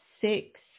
Six